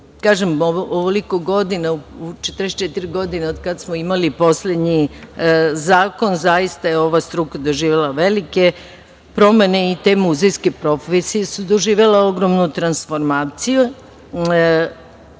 ovoliko godina, u 44 godine od kad smo imali poslednji zakon, zaista je ova struka doživela velike promene i te muzejske profesije su doživele ogromnu transformaciju.